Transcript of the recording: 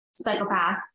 psychopaths